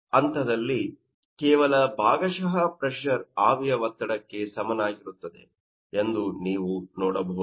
ಆದ್ದರಿಂದ ಈ ಹಂತದಲ್ಲಿ ಕೇವಲ ಭಾಗಶಃ ಪ್ರೆಶರ್ ಆವಿಯ ಒತ್ತಡಕ್ಕೆ ಸಮನಾಗಿರುತ್ತದೆ ಎಂದು ನೀವು ನೋಡಬಹುದು